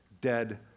dead